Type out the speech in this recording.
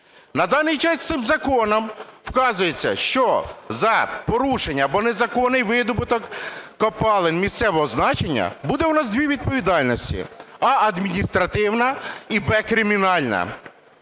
На даний час цим законом вказується, що за порушення або незаконний видобуток копалин місцевого значення буде у нас дві відповідальності: а) адміністративна і б) кримінальна.